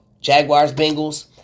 Jaguars-Bengals